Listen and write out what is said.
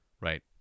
right